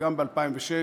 וגם ב-2006